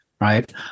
right